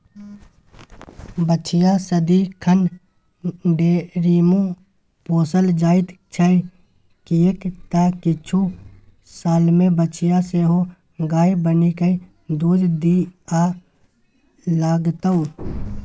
बछिया सदिखन डेयरीमे पोसल जाइत छै किएक तँ किछु सालमे बछिया सेहो गाय बनिकए दूध दिअ लागतै